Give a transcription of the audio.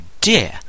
dear